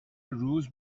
روز